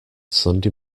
sunday